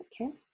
Okay